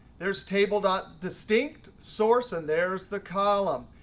there's table dot distinct source, and there's the column.